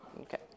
Okay